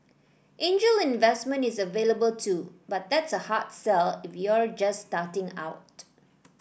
angel investment is available too but that's a hard sell if you're just starting out